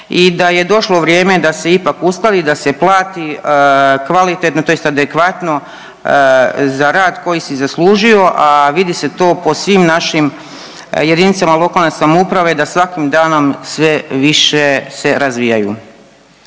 i da je došlo vrijeme da se ipak ustali i da se plati kvalitetno tj. adekvatno za rad koji si zaslužio, a vidi se to po svim našim JLS da svakim danom sve više se razvijaju.